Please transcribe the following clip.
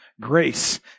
grace